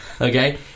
okay